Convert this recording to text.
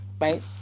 right